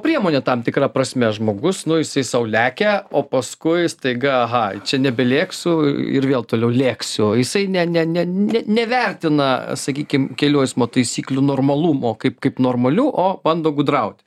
priemonė tam tikra prasme žmogus nu jisai sau lekia o paskui staiga aha čia nebelėksiu ir vėl toliau lėksiu jisai ne ne ne ne nevertina sakykim kelių eismo taisyklių normalumo kaip kaip normalių o bando gudraut